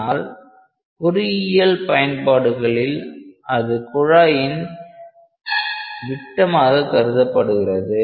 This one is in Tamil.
ஆனால் பொறியியல் பயன்பாடுகளில் அது குழாயின் விதமாக கருதப்படுகிறது